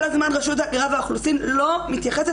כל הזמן רשות ההגירה ואוכלוסין לא מתייחסת